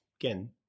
again